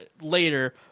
later